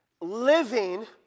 living